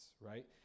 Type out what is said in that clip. right